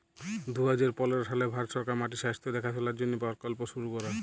দু হাজার পলের সালে ভারত সরকার মাটির স্বাস্থ্য দ্যাখাশলার জ্যনহে পরকল্প শুরু ক্যরে